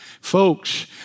Folks